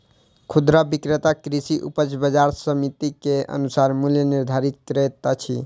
खुदरा विक्रेता कृषि उपज बजार समिति के अनुसार मूल्य निर्धारित करैत अछि